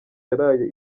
yaraye